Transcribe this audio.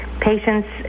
patients